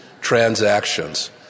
transactions